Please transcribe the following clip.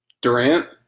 Durant